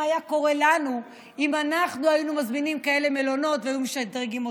מה היה קורה לנו אם היינו מזמינים כאלה מלונות והיו משדרגים אותנו.